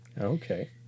Okay